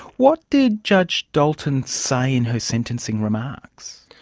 what did judge dalton say in her sentencing remarks?